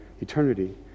eternity